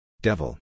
Devil